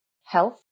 health